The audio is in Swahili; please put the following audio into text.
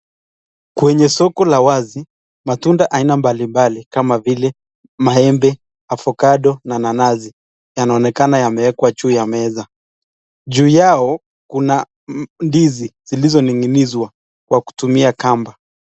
Kwenye soko la wazi matunda aina mbalimbali kama vile maembe, avocado na nanasi yanaonekana yameekwa juu ya meza. Juu yao kuna ndizi zilizoning'inizwa kwa kutumia kamba.